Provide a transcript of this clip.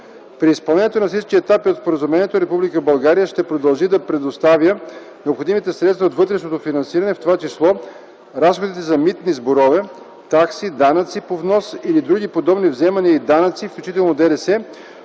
При изпълнението на всички етапи от споразумението Република България ще продължи да предоставя необходимите средства от вътрешното финансиране, в т.ч. разходите за митни сборове, такси, данъци по внос или други подобни вземания и данъци, включително ДДС,